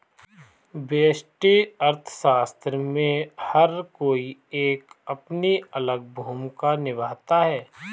व्यष्टि अर्थशास्त्र में हर कोई एक अपनी अलग भूमिका निभाता है